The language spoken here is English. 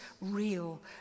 real